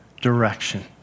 direction